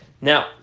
Now